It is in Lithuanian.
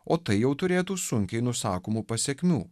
o tai jau turėtų sunkiai nusakomų pasekmių